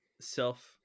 self